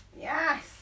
yes